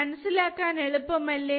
മനസിലാക്കാൻ എളുപ്പമല്ലേ